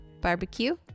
barbecue